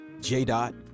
J-Dot